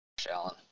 Shallon